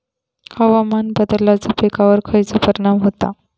हवामान बदलाचो पिकावर खयचो परिणाम होता?